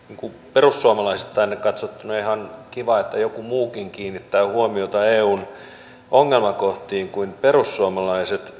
perussuomalaisittain katsottuna ihan kiva että joku muukin kiinnittää huomiota eun ongelmakohtiin kuin perussuomalaiset